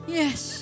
yes